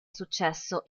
successo